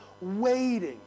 waiting